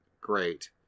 great